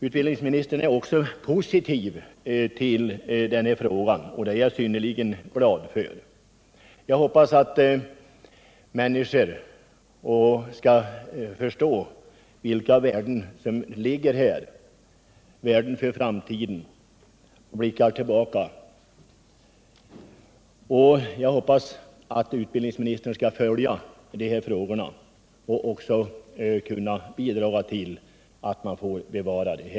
Utbildningsministern är också positiv till bevarandet, och det är jag synnerligen glad över. Jag hoppas att människor skall förstå vilka värden för framtiden dessa stengärdesgårdar och odlingsrösen är från kultursynpunkt. Jag hoppas att utbildningsministern skall kunna bidra till att de bevaras.